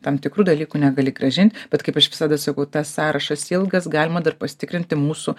tam tikrų dalykų negali grąžint bet kaip aš visada sakau tas sąrašas ilgas galima dar pasitikrinti mūsų